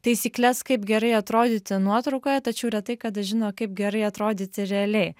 taisykles kaip gerai atrodyti nuotraukoje tačiau retai kada žino kaip gerai atrodyti realiai